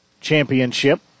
championship